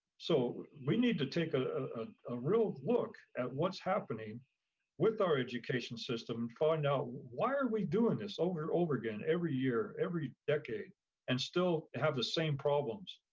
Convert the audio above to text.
so we need to take a ah ah real look at what's happening with our education system and find out why are we doing this over and over again every year, every decade and still have the same problems.